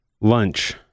lunch